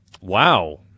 Wow